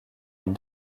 une